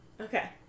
Okay